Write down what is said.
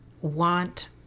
want